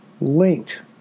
linked